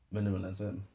Minimalism